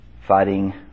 fighting